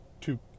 two